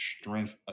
strength